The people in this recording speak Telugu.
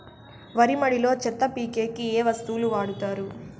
వరి మడిలో చెత్త పీకేకి ఏ వస్తువులు వాడుతారు?